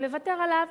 גם לוותר עליו,